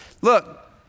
Look